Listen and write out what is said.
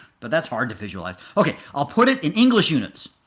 but that's hard to visualize. ok, i'll put it in english units.